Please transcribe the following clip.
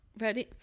Ready